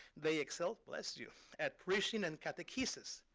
they excel bless you at preaching and catechises.